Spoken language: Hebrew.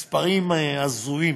מספרים הזויים,